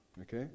Okay